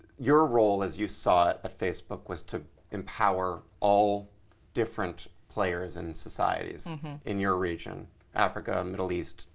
your role as you saw it at facebook was to empower all different players and societies in your region africa, middle east,